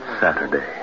Saturday